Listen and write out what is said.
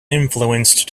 influence